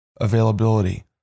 availability